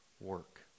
work